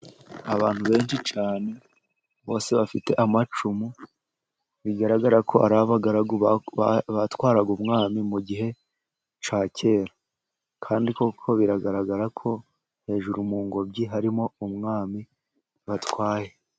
Abantu benshi cyane bose bafite amacumu, bigaragara ko ari abagaragu batwaraga umwami mu gihe cya kera, kandi koko biragaragara ko hejuru mu ngobyi harimo umwami batwaye.